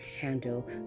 handle